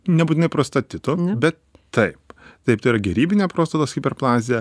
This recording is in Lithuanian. nebūtinai prostatito bet taip taip tai yra gerybinė prostatos hiperplazija